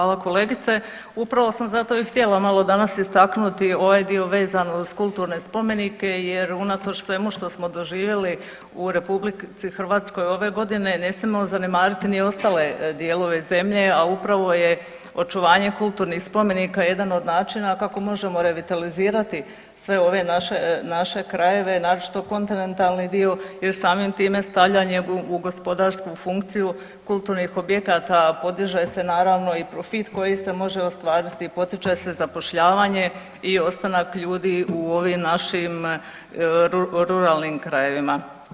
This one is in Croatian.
Hvala kolegice, upravo sam zato i htjela malo danas istaknuti ovaj dio vezan uz kulturne spomenike jer unatoč svemu što smo doživjeli u RH ove godine ne smijemo zanemariti ni ostale dijelove zemlje, a upravo je očuvanje kulturnih spomenika jedan od načina kako možemo revitalizirati sve ove naše krajeve, naročito kontinentalni dio jer samim tim stavljanje u gospodarsku funkciju kulturnih objekata podiže naravno i profit koji se može ostvariti, potiče se zapošljavanje i ostanak ljudi u ovim našim ruralnim krajevima.